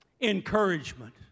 encouragement